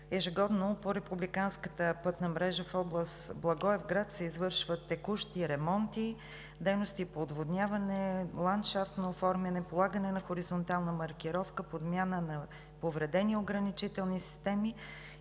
ежегодно по републиканската пътна мрежа в област Благоевград се извършват текущи ремонти, дейности по отводняване, ландшафтно оформяне, полагане на хоризонтална маркировка, подмяна на повредени ограничителни системи.